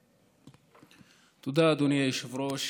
תודה, אדוני היושב-ראש.